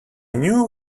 knew